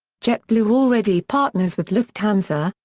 jetblue already partners with lufthansa,